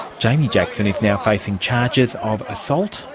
jamie jackson is now facing charges of assault,